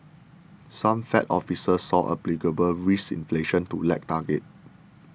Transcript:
some Fed officials saw applicable risk inflation to lag target